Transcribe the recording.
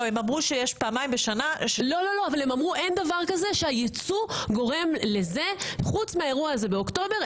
הם אמרו שאין דבר כזה שהיצוא גורם לזה חוץ מהאירוע הזה באוקטובר,